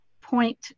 point